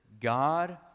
God